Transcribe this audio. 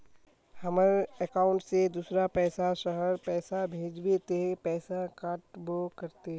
हमर अकाउंट से दूसरा शहर पैसा भेजबे ते पैसा कटबो करते?